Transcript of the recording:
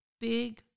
Big